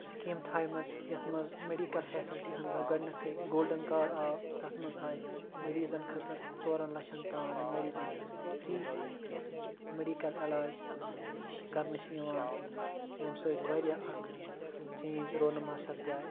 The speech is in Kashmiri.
سِکیٖم تھَیمَژٕ یَتھ منٛز میٚڈِکَل فیسَلٹی اَندَر گۄڈنٮ۪تھٕے گولڈَن کارڈ آو تَتھ منٛز آیہِ مٔریٖزَن خٲطرٕ ژورَن لَچھَن تام مٔریٖدَن فِرٛی میٚڈِکَل علاج کَرنہٕ چھِ یِوان تہٕ ییٚمہِ سۭتۍ واریاہ اَکھ چینٛج رونما سَپدے